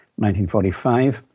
1945